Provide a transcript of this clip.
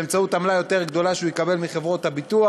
באמצעות עמלה יותר גדולה שהוא יקבל מחברות הביטוח.